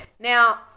Now